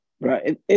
Right